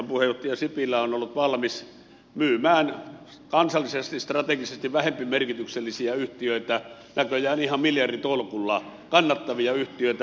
keskustan puheenjohtaja sipilä on ollut valmis myymään kansallisesti strategisesti vähempimerkityksellisiä yhtiöitä näköjään ihan miljarditolkulla kannattavia yhtiöitä